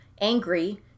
angry